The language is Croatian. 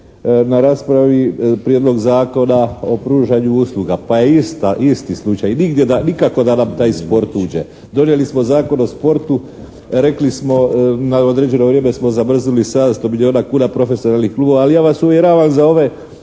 na raspravi Prijedlog zakona o pružanju usluga pa je isti slučaj, i nigdje, nikako da nam taj sport uđe. Donijeli smo Zakon o sportu, rekli smo na određeno vrijeme smo zamrznuli 700 milijuna kuna profesionalnih klubova ali ja vas uvjeravam za ove